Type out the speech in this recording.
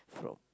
frog